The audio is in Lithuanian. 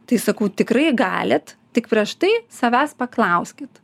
tai sakau tikrai galit tik prieš tai savęs paklauskit